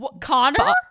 Connor